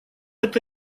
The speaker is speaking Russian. это